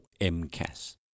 MCAS